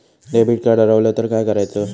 Debit card हरवल तर काय करायच?